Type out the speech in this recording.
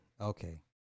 okay